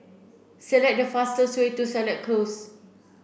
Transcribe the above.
select the fastest way to Seletar Close